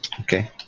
okay